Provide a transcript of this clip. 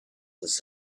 this